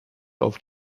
auf